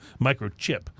microchip